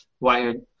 wired